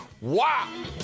Wow